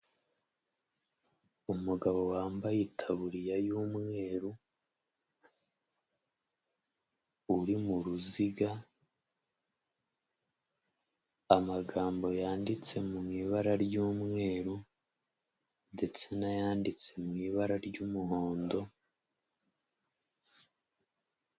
Umugabo wambaye itaburiya y'umweru, uri mu ruziga, amagambo yanditse mu ibara ry'umweru, ndetse n'ayanditse mu ibara ry'umuhondo...